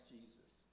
Jesus